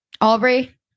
Aubrey